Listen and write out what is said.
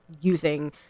Using